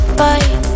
Bye